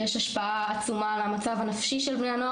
יש השפעה עצומה על המצב הנפשי של בני הנוער